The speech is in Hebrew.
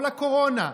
כל הקורונה,